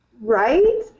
Right